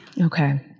Okay